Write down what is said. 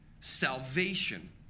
salvation